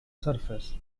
surface